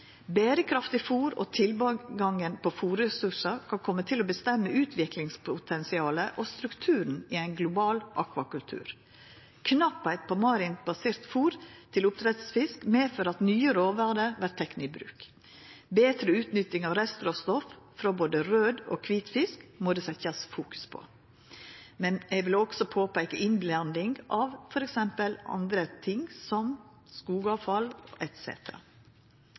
Berekraftig fôr og tilgang på fôrressursar kan koma til å bestemma utviklingspotensialet og strukturen i ein global akvakultur. Knapt med marint basert fôr til oppdrettsfisk medfører at nye råvarer vert tekne i bruk. Betre utnytting av restråstoff frå både raud og kvit fisk må setjast i fokus. Men eg vil også påpeika innblanding av andre ting, som f.eks. skogavfall, etc. Havbruk er ei av dei viktigaste næringane våre, som bidreg til verdiskaping og